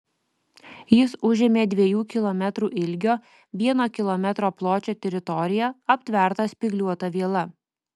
jis užėmė dviejų kilometrų ilgio vieno kilometro pločio teritoriją aptvertą spygliuota viela